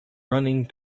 running